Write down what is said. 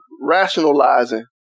rationalizing